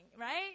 right